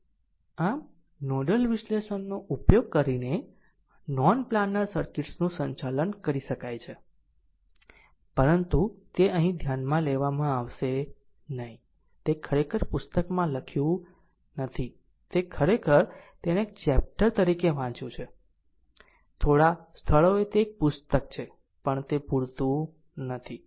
આમ નોડલ વિશ્લેષણનો ઉપયોગ કરીને નોન પ્લાનર સર્કિટ્સનું સંચાલન કરી શકાય છે પરંતુ તે અહીં ધ્યાનમાં લેવામાં આવશે નહીં તે ખરેખર પુસ્તકમાં લખ્યું નથી તે ખરેખર તેને એક ચેપ્ટર તરીકે વાંચ્યું છે થોડા સ્થળોએ તે એક પુસ્તક છે પણ તે પુરતું નથી